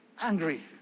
angry